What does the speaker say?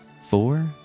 Four